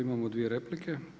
Imamo dvije replike.